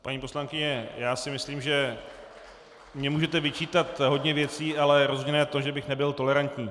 Paní poslankyně, já si myslím, že mně můžete vyčítat hodně věcí, ale rozhodně ne to, že bych nebyl tolerantní.